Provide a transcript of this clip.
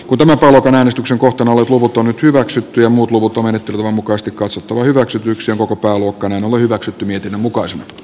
kuten äänestyksen kotona puvut on hyväksytty ja muut luvut omien etujen mukaista katsottu hyväksytyksi koko balkanin oma hyväksytty mietinnön mukaan s